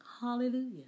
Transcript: Hallelujah